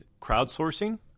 crowdsourcing